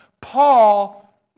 Paul